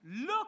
look